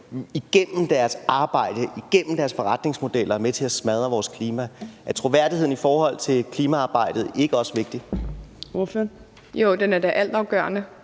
igennem deres arbejde, igennem deres forretningsmodeller, er med til at smadre vores klima? Er troværdigheden i forhold til klimaarbejdet ikke også vigtig? Kl. 10:35 Fjerde næstformand